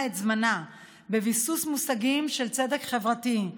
את זמנה בביסוס מושגים של צדק חברתי,